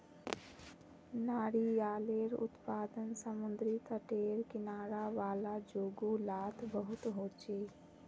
नारियालेर उत्पादन समुद्री तटेर किनारा वाला जोगो लात बहुत होचे